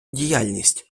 діяльність